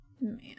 Man